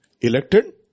elected